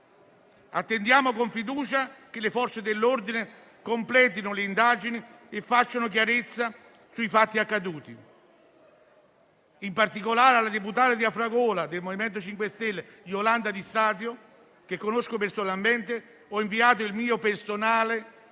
Attendiamo con fiducia che le Forze dell'ordine completino le indagini e facciano chiarezza sui fatti accaduti. In particolare, alla deputata del MoVimento 5 Stelle di Afragola, Iolanda Di Stasio, che conosco personalmente, ho inviato a nome mio e